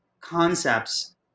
concepts